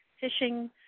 fishing